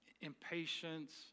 impatience